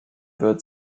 wird